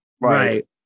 right